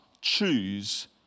Choose